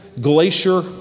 glacier